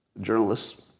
journalists